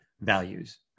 values